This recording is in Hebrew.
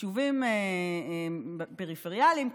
ביישובים פריפריאליים,